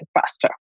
faster